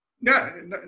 No